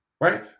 Right